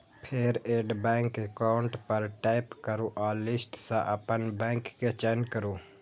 फेर add bank account पर tap करू आ लिस्ट सं अपन बैंक के चयन करू